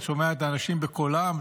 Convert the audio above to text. אתה שומע את האנשים בקולם,